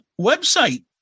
website